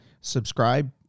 subscribe